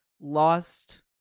lost